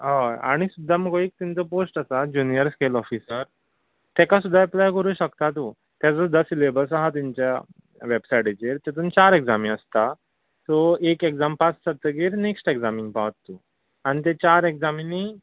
हय आनी सुद्दां मगो एक तेंचो पोस्ट आसा ज्युनीयर स्केल ऑफिसर ताका सुद्दां एप्लाय करूं शकता तूं ताजो सुद्दां सिलेबस आसा तांचे वेबसायटीचेर तितून चार एग्जामी आसता सो एक एग्जाम पास जातकर नेक्स्ट एग्जामींक पावता तूं आनी त्यो चार एग्जामिंनी